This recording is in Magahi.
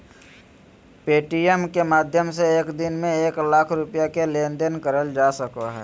पे.टी.एम के माध्यम से एक दिन में एक लाख रुपया के लेन देन करल जा सको हय